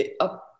up